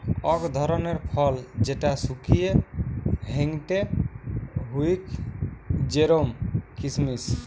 অক ধরণের ফল যেটা শুকিয়ে হেংটেং হউক জেরোম কিসমিস